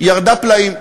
ירדה פלאים.